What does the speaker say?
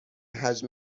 حجم